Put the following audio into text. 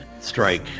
strike